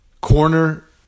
corner